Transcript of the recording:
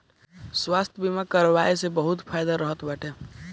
स्वास्थ्य बीमा करवाए से बहुते फायदा रहत बाटे